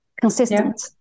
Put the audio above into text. consistent